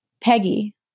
Peggy